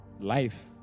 life